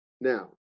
Now